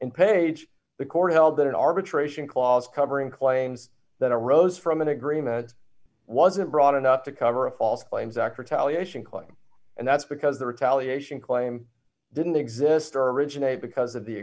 and page the court held that an arbitration clause covering claims that arose from an agreement wasn't broad enough to cover a false claims act retaliation claim and that's because the retaliation claim didn't exist or originate because of the